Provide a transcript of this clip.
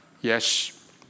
yes